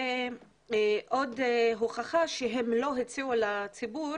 עוד הוכחה שהם לא הציעו לציבור.